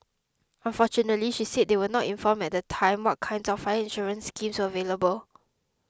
unfortunately she said they were not informed at the time what kinds of fire insurance schemes were available